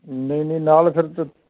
ਨਹੀਂ ਨਹੀਂ ਨਾਲ ਫਿਰ